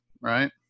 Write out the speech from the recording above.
right